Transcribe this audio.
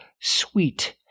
sweet